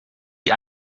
die